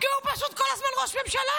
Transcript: כי הוא פשוט כל הזמן ראש ממשלה.